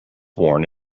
worn